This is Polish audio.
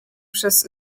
przez